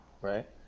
Right